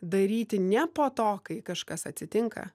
daryti ne po to kai kažkas atsitinka